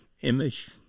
image